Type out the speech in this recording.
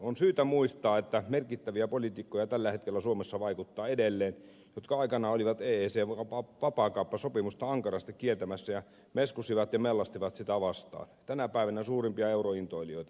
on syytä muistaa että tällä hetkellä suomessa vaikuttaa edelleen merkittäviä poliitikkoja jotka aikanaan olivat eecn vapaakauppasopimusta ankarasti kieltämässä ja meskusivat ja mellastivat sitä vastaan mutta ovat tänä päivänä suurimpia eurointoilijoita